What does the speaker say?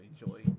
enjoy